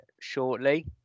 shortly